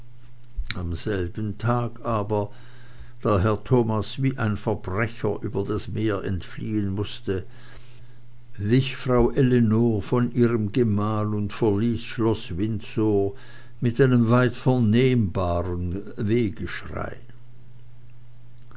am selben tage aber da herr thomas wie ein verbrecher über meer entfliehen mußte wich frau ellenor von ihrem gemahl und verließ schloß windsor mit einem weit vernehmbaren